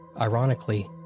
Ironically